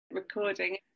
recording